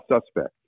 suspect